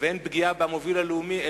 והן פגיעה במוביל הלאומי,